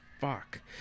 Fuck